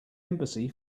embassy